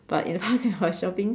but you ask me about shopping